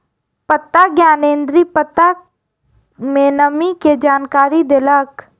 पत्ता ज्ञानेंद्री पत्ता में नमी के जानकारी देलक